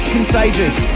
Contagious